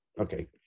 Okay